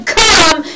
come